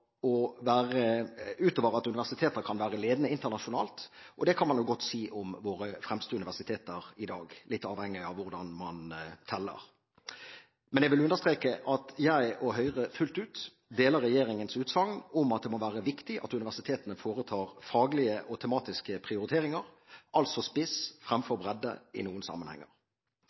at universiteter kan være ledende internasjonalt, og det kan man jo godt si om våre fremste universiteter i dag, litt avhengig av hvordan man teller. Men jeg vil understreke at jeg og Høyre fullt ut deler regjeringens utsagn om at det må være viktig at universitetene foretar faglige og tematiske prioriteringer, altså spiss fremfor bredde i noen sammenhenger.